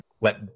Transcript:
let